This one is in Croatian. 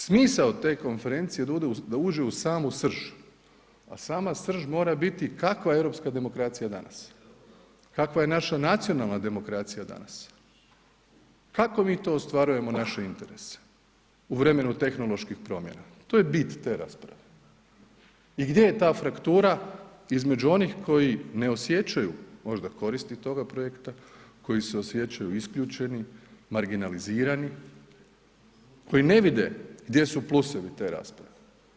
Smisao te konferencije da uđe u samu srž, a sama srž mora biti kakva je europska demokracija, kakva je naša nacionalna demokracija danas, kako mi to ostvarujemo naše interese u vremenu tehnoloških promjena, to je bit te rasprave i gdje je ta fraktura između onih koji ne osjećaju možda koristi toga projekta, koji se osjećaju isključeni, marginalizirani, koji ne vide gdje su plusevi te rasprave.